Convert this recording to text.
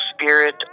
spirit